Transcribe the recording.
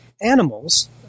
animals